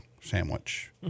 sandwich